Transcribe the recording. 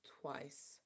twice